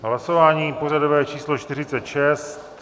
Hlasování pořadové číslo 46.